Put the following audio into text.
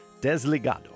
Desligado